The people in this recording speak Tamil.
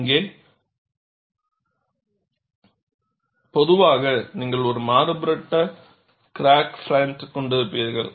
இங்கே பொதுவாக நீங்கள் ஒரு மாறுபட்ட கிராக் ஃப்ர்ன்ட் கொண்டிருப்பீர்கள